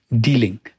dealing